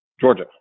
Georgia